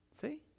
See